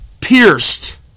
pierced